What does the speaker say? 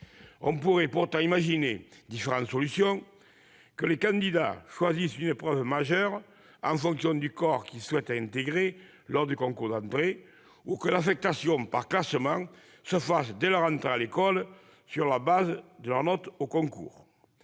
On pourrait pourtant imaginer différentes solutions : les candidats pourraient choisir une épreuve majeure en fonction du corps qu'ils souhaitent intégrer lors du concours d'entrée ou l'affectation par classement pourrait se faire dès l'entrée à l'École, sur la base des notes obtenues au concours.